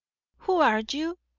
who are you?